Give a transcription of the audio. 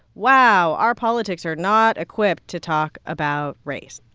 wow, our politics are not equipped to talk about race.